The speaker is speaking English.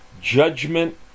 judgment